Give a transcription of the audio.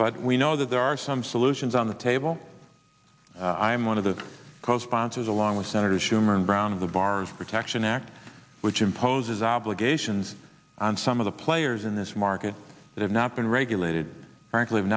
but we know that there are some solutions on the table i'm one of the co sponsors along with senator schumer and brown of the virus protection act which imposes obligations on some of the players in this market that have not been regulated frankly have